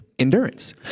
endurance